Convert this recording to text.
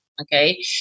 Okay